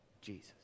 Jesus